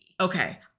Okay